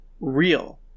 real